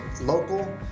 local